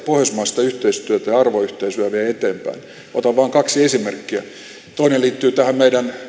pohjoismaista yhteistyötä ja arvoyhteisöä vie eteenpäin otan vain kaksi esimerkkiä toinen liittyy tähän